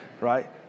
right